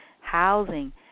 housing